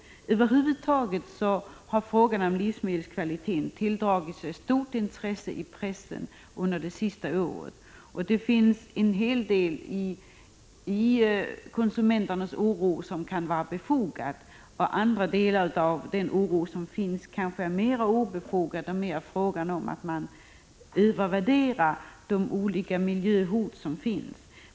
Över huvud taget har frågan om livsmedelskvaliteten tilldragit sig stort intresse i pressen under det senaste året, och det finns en hel del i konsumenternas oro som kan vara befogat. Andra delar av den oro som finns kanske är mera obefogade och mera en fråga om att man övervärderar de olika miljöhot som finns.